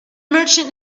merchant